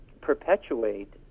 perpetuate